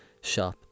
shop